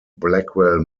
blackwell